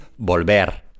volver